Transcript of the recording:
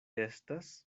estas